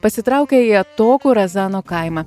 pasitraukia į atokų razano kaimą